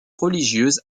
religieuse